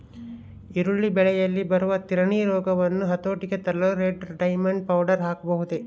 ಈರುಳ್ಳಿ ಬೆಳೆಯಲ್ಲಿ ಬರುವ ತಿರಣಿ ರೋಗವನ್ನು ಹತೋಟಿಗೆ ತರಲು ರೆಡ್ ಡೈಮಂಡ್ ಪೌಡರ್ ಹಾಕಬಹುದೇ?